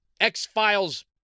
X-Files